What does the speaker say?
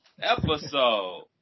episode